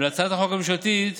ולהצעת החוק הממשלתית